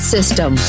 System